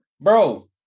bro